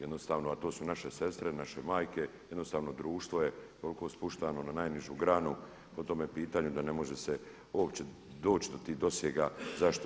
Jednostavno a to su naše sestre, naše majke, jednostavno društvo je toliko spuštano na najnižu granu po tome pitanju da ne može se uopće doći do tih dosega zašto.